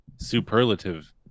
superlative